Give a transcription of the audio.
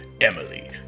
Emily